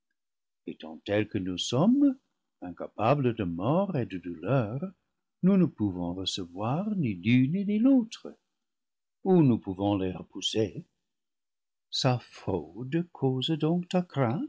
étant tels que nous sommes incapables de mort et de douleur nous ne pouvons recevoir ni l'une ni l'autre ou nous pouvons les repousser sa fraude cause donc